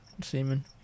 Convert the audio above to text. semen